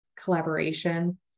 collaboration